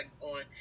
on